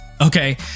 okay